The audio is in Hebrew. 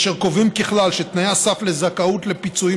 אשר קובעים ככלל שתנאי הסף לזכאות לפיצויים